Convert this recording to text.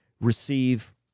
receive